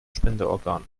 spenderorgan